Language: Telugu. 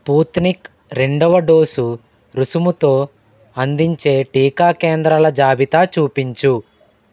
స్పూత్నిక్ రెండవ డోసు రుసుముతో అందించే టీకా కేంద్రాల జాబితా చూపించు